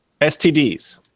STDs